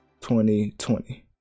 2020